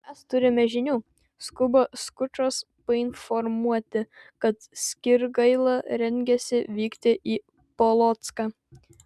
mes turime žinių skuba skučas painformuoti kad skirgaila rengiasi vykti į polocką